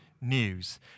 news